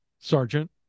sergeant